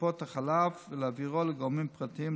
טיפות החלב ולהעבירן לגורמים פרטיים,